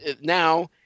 now